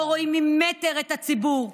לא רואים ממטר את הציבור,